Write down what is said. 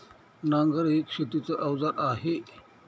नांगर एक शेतीच अवजार आहे